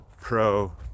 pro